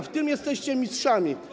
W tym jesteście mistrzami.